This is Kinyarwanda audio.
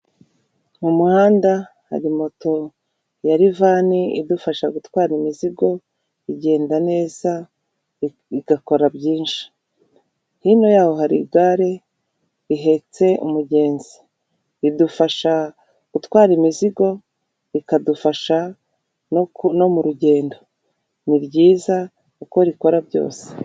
Mu muhanda hari moto ya rivani idufasha gutwara imizigo, igenda neza igakora byinshi, hino yaho hari igare rihetse umugenzi, ridufasha gutwara imizigo, rikadufasha no mu rugendo, ni ryiza kuko rikora byose.